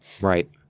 Right